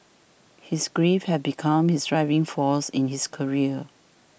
his grief had become his driving force in his career